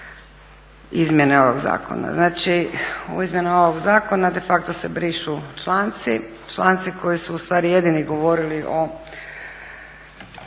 izmjene ovog zakona. Znači u izmjenama ovog zakona de facto se brišu članci, članci koji su jedini govorili o